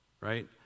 right